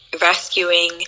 rescuing